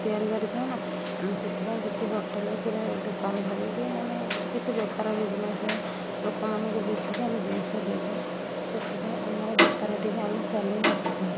ତିଆରି କରିଥାଉନା ଆମେ ସେଥିପାଇଁ କିଛି ହୋଟେଲ କିମ୍ବା ଦୋକାନ ଧରେଇକି ନଅନେ କିଛି ବେପାର ବିଜନେସ ଲୋକମାନଙ୍କୁ ବୁଝିକି ଆମେ ଜିନଷ ଦେଇଥାଉ ସେଥିପାଇଁ ଆମର ବେପାର ଟିକେ ଆମେ ଚଲେଇ ରଖିଥାଉ